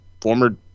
Former